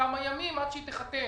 ייקח כמה ימים עד שהן ייחתמו.